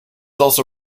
also